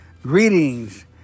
greetings